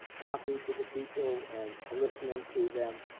talking to the people and listening to them